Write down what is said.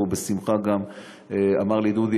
הוא בשמחה אמר לי: דודי,